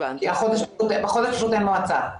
כי החודש פשוט אין מועצה.